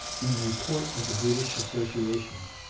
in the report of the british association,